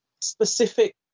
specific